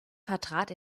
vertrat